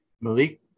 Malik